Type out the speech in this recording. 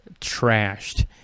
Trashed